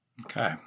okay